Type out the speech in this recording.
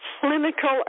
Clinical